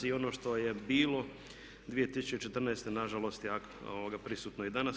I ono što je bilo 2014. nažalost je prisutno i danas.